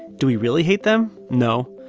do we really hate them? no,